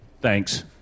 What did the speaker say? Thanks